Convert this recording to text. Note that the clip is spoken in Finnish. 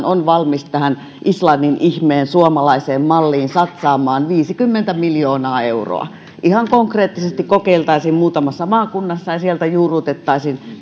on valmis tähän islannin ihmeen suomalaiseen malliin satsaamaan viisikymmentä miljoonaa euroa ihan konkreettisesti kokeiltaisiin muutamassa maakunnassa ja sieltä juurrutettaisiin